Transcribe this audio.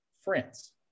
France